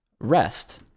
rest